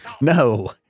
no